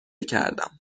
کردم